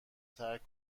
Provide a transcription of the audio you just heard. ترک